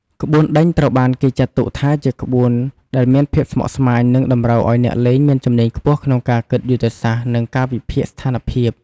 ក្បួនដេញត្រូវបានគេចាត់ទុកថាជាក្បួនដែលមានភាពស្មុគស្មាញ និងតម្រូវឲ្យអ្នកលេងមានជំនាញខ្ពស់ក្នុងការគិតយុទ្ធសាស្ត្រ និងការវិភាគស្ថានភាព។